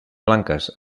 blanques